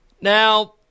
Now